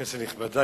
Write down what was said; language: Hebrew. כנסת נכבדה,